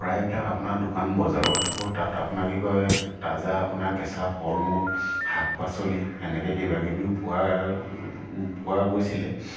প্ৰায়বিলাক আপোনাৰ দোকান বজাৰো দেখোঁ তাত আপোনাক কি কয় তাজা আপোনাৰ কেঁচা ফল মূল শাক পাচলি এনেকৈ কিবা কিবিও পোৱা পোৱা গৈছিলে